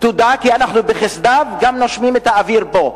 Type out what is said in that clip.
תודה כי אנחנו בחסדיו גם נושמים את האוויר פה.